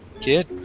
kid